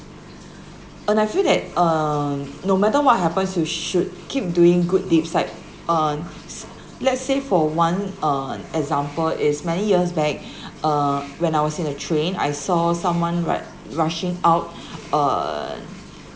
and I feel that um no matter what happens you should keep doing good deed like uh let's say for one um example is many years back um when I was in a train I saw someone like rushing out um